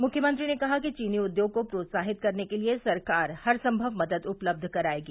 मुख्यमंत्री ने कहा कि चीनी उद्योग को प्रोत्साहित करने के लिए सरकार हर संभव मदद उपलब्ध करायेगी